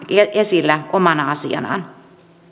esillä omana asianaan